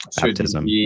Baptism